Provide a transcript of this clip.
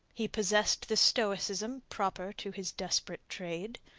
he possessed the stoicism proper to his desperate trade.